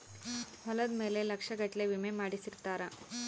ಹೊಲದ ಮೇಲೆ ಲಕ್ಷ ಗಟ್ಲೇ ವಿಮೆ ಮಾಡ್ಸಿರ್ತಾರ